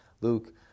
Luke